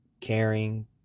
caring